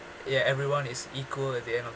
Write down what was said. ya everyone is equal at the end of